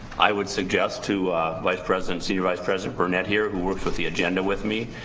i would suggest to vice president, senior vice president burnett here who worked with the agenda with me,